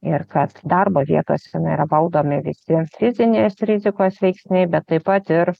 ir kad darbo vietose tenai yra valdomi visi fizinės rizikos veiksniai bet taip pat ir